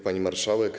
Pani Marszałek!